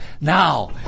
Now